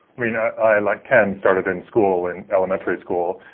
mean, ah i like ken started in school, in elementary school,